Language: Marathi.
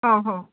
हो हो